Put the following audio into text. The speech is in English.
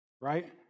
Right